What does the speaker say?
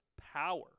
Power